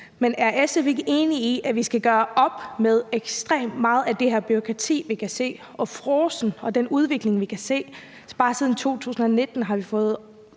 men er SF ikke enig i, at vi skal gøre op med ekstremt meget af det her bureaukrati, vi kan se, og den frås og udvikling, vi kan se? Bare siden 2019 har vi fået